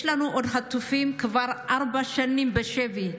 יש לנו עוד חטופים כבר תשע שנים בשבי,